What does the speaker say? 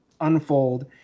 unfold